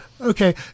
Okay